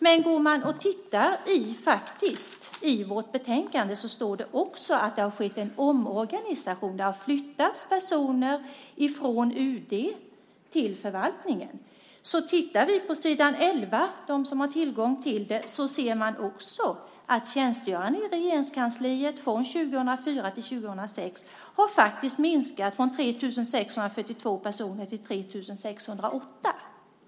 Men i vårt betänkande ser man att det också står att det har skett en omorganisation. Det har flyttats personer från UD till förvaltningen. De som har tillgång till betänkandet kan titta på s. 11. Där ser man att antalet tjänstgörande i Regeringskansliet från 2004 till 2006 faktiskt har minskat från 3 642 personer till 3 608.